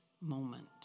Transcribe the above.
moment